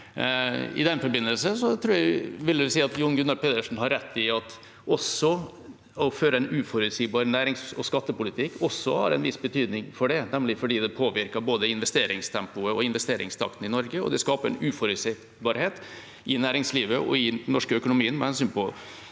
I den forbindelse vil jeg vel si at Jon Gunnar Pedersen har rett i at det å føre en uforutsigbar nærings- og skattepolitikk også har en viss betydning for det. Det er fordi det påvirker både investeringstempoet og investeringstakten i Norge, og det skaper en uforutsigbarhet i næringslivet og i den norske økonomien med hensyn